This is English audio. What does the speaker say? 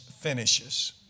finishes